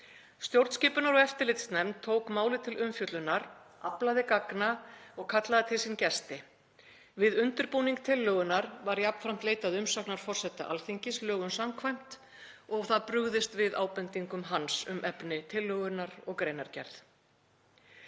Stjórnskipunar- og eftirlitsnefnd tók málið til umfjöllunar, aflaði gagna og kallaði til sín gesti. Við undirbúning tillögunnar var jafnframt leitað umsagnar forseta Alþingis lögum samkvæmt og er brugðist við ábendingum hans um efni tillögunnar og greinargerð.